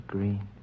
Green